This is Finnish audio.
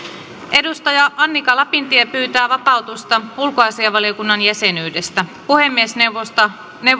annika lapintie pyytää vapautusta ulkoasiainvaliokunnan jäsenyydestä puhemiesneuvosto